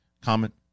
comment